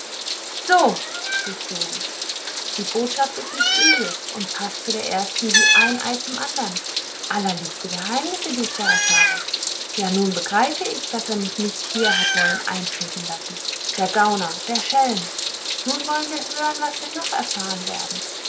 so rief suse die botschaft ist nicht übel und paßt zu der ersten wie ein ei zum andern allerliebste geheimnisse die ich da erfahre ja nun begreife ich daß er mich nicht hier hat wollen eintreten lassen der gauner der schelm nun wollen wir hören was wir noch erfahren werden